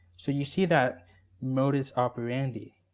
so you see that modus operandi.